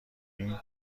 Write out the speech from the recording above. این